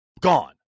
gone